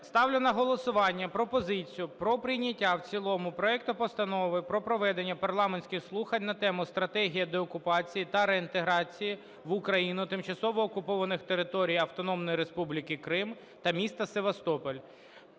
ставлю на голосування пропозицію про прийняття в цілому проекту Постанови про проведення парламентських слухань на тему: "Стратегія деокупації та реінтеграції в Україну тимчасово окупованої території Автономної Республіки Крим та міста Севастополь"